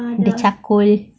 the charcoal